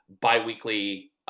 biweekly